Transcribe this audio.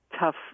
tough